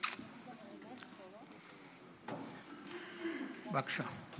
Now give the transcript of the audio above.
בבקשה.